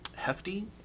hefty